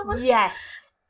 Yes